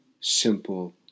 simple